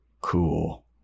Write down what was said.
cool